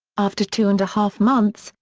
after two-and-a-half months,